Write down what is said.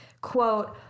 quote